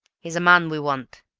he's a man we want,